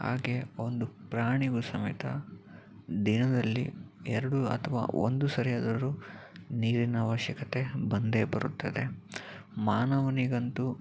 ಹಾಗೆ ಒಂದು ಪ್ರಾಣಿಗೂ ಸಮೇತ ದಿನದಲ್ಲಿ ಎರಡು ಅಥ್ವಾ ಒಂದು ಸರಿಯಾದರೂ ನೀರಿನ ಅವಶ್ಯಕತೆ ಬಂದೇ ಬರುತ್ತದೆ ಮಾನವನಿಗಂತೂ